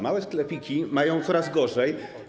Małe sklepiki mają coraz gorzej.